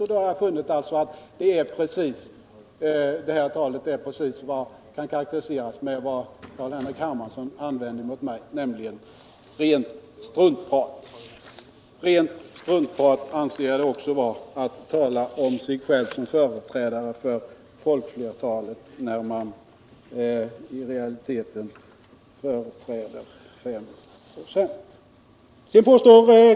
Jag har funnit att detta tal kan karakteriseras som, i enlighet med vad C.-H. Hermansson använt mot mig, rent struntprat. Jag anser det också vara rent struntprat att tala om sig själv som en företrädare för folkflertalet när man i realiteten företräder 5 96. C.-H.